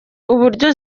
uburyo